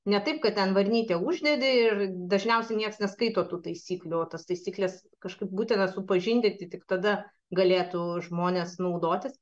ne taip kad ten varnytę uždedi ir dažniausiai nieks neskaito tų taisyklių o tas taisykles kažkaip būtina supažindinti tik tada galėtų žmonės naudotis